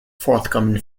forthcoming